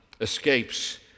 escapes